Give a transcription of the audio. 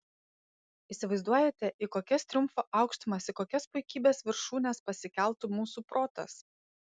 įsivaizduojate į kokias triumfo aukštumas į kokias puikybės viršūnes pasikeltų mūsų protas